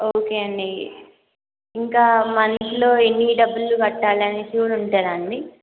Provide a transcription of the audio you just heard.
okay అండి ఇంకా మంత్లో ఎన్ని డబ్బులు కట్టాలని కూడా ఉంటుందా అండి